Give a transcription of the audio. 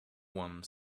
one